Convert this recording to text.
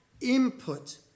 input